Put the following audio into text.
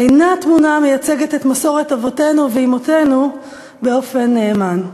אינה התמונה המייצגת את מסורת אבותינו ואימותינו באופן נאמן.